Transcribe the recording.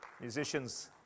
Musicians